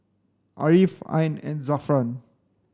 Ariff Ain and Zafran